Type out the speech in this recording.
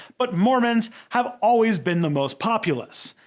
but mormons have always been the most populous.